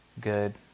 good